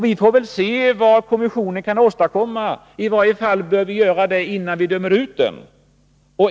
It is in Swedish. Vi får väl se vad kommissionen kan åstadkomma. I varje fall bör vi göra det innan vi dömer ut den.